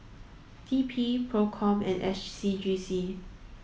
T P PROCOM and S C G C